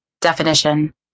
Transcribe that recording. Definition